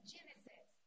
Genesis